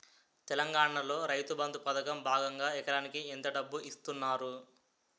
తెలంగాణలో రైతుబంధు పథకం భాగంగా ఎకరానికి ఎంత డబ్బు ఇస్తున్నారు?